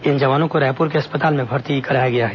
इन जवानों को रायपुर के अस्पताल में भर्ती कराया गया है